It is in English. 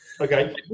Okay